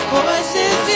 Voices